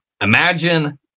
imagine